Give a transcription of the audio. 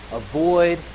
avoid